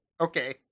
Okay